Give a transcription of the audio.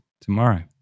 tomorrow